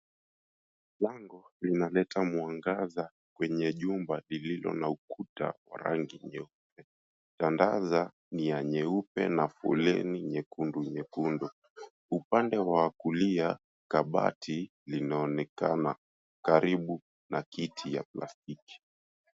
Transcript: Lango, linaleta mwangaza kwenye jumba lililo na ukuta wa rangi nyeupe. Tandaza ni ya nyeupe na foleni ya nyekundu nyekundu. Upande wa kulia, kabati linaonekana karibu na kiti ya plastiki.